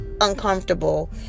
uncomfortable